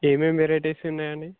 ఏమేమి వెరైటీస్ ఉన్నాయండి